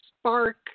spark